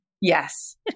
Yes